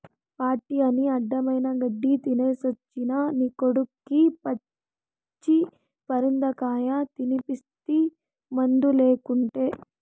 party అని అడ్డమైన గెడ్డీ తినేసొచ్చిన నీ కొడుక్కి పచ్చి పరిందకాయ తినిపిస్తీ మందులేకుటే